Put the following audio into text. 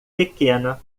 pequena